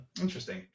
Interesting